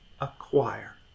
acquire